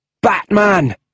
Batman